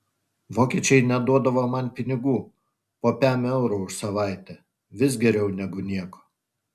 vokiečiai net duodavo man pinigų po pem eurų už savaitę vis geriau negu nieko